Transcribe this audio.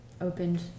opened